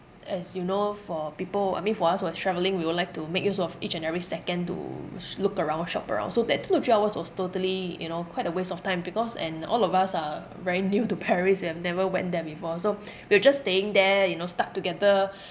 as you know for people I mean for us who was travelling we would like to make use of each and every second to s~ look around shop around so that two to three hours was totally you know quite a waste of time because and all of us are very new to paris we have never went there before so we were just staying there you know stuck together